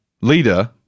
leader